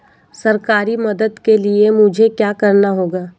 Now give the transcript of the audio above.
सरकारी मदद के लिए मुझे क्या करना होगा?